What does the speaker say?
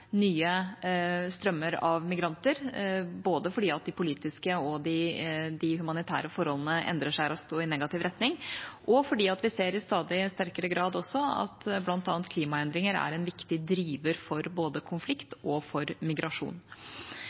nye strømmer av migranter, både fordi de politiske og de humanitære forholdene endrer seg raskt og i negativ retning, og fordi vi i stadig sterkere grad også ser at bl.a. klimaendringer er en viktig driver for både konflikt og migrasjon. Det er helt avgjørende å stille opp for